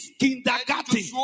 kindergarten